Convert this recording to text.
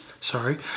sorry